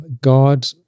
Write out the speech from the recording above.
God